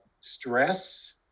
stress